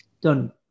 done